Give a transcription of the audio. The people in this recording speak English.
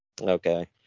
Okay